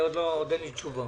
עוד אין לי תשובה.